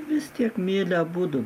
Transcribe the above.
vis tiek myli abudu